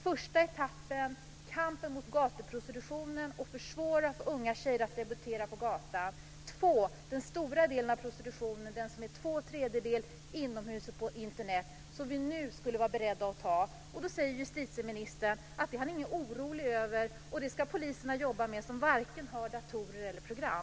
Första etappen: Kampen mot gatuprostitutionen och försvårandet för unga tjejer att debutera på gatan. Andra etappen: Den stora delen av prostitutionen, den som är två tredjedelar inomhus och på Internet, som vi nu skulle vara beredda att ta säger justitieministern att han inte är orolig över. Det ska poliserna jobba med som varken har datorer eller program.